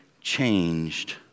changed